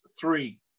three